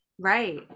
right